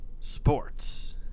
Sports